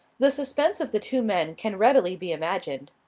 the suspense of the two men can readily be imagined.